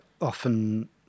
often